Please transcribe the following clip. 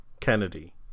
Kennedy